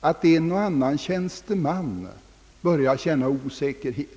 att en och annan tjänsteman börjar känna osäkerhet.